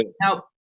Now